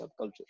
subculture